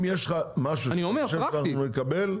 אם יש לך משהו שאתה חושב שאנחנו נקבל,